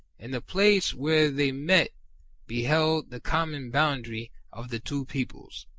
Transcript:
and the place where they met be held the common boundary of the two peoples.